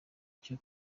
cyo